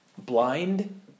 Blind